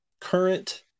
current